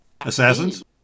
Assassins